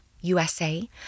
USA